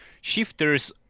shifters